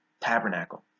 tabernacle